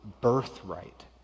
birthright